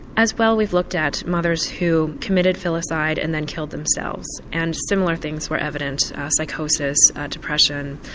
as well we've looked at mothers who committed filicide and then killed themselves and similar things were evidenced psychosis, depression,